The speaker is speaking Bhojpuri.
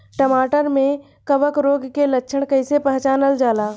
टमाटर मे कवक रोग के लक्षण कइसे पहचानल जाला?